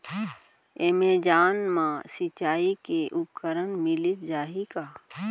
Amazon मा सिंचाई के उपकरण मिलिस जाही का?